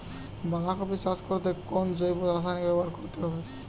বাঁধাকপি চাষ করতে কোন জৈব রাসায়নিক ব্যবহার করতে হবে?